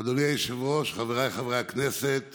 חברתית: תוכנית חיסכון לכל ילד.